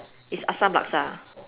it's Assam laksa